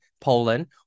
Poland